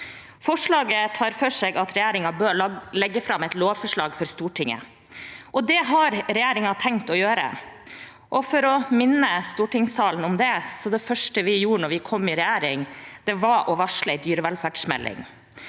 Forslaget tar for seg at regjeringen bør legge fram et lovforslag for Stortinget, og det har regjeringen tenkt å gjøre. Jeg kan minne stortingssalen på at det første vi gjorde da vi kom i regjering, var å varsle en dyrevelferdsmelding.